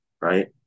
Right